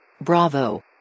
Bravo